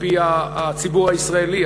על-פי הציבור הישראלי.